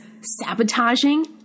sabotaging